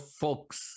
folks